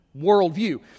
worldview